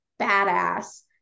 badass